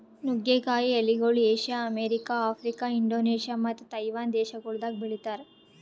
ನುಗ್ಗೆ ಕಾಯಿ ಎಲಿಗೊಳ್ ಏಷ್ಯಾ, ಅಮೆರಿಕ, ಆಫ್ರಿಕಾ, ಇಂಡೋನೇಷ್ಯಾ ಮತ್ತ ತೈವಾನ್ ದೇಶಗೊಳ್ದಾಗ್ ಬೆಳಿತಾರ್